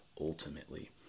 ultimately